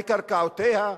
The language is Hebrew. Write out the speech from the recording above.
בקרקעותיה?